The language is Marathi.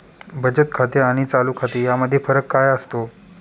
बचत खाते आणि चालू खाते यामध्ये फरक काय असतो?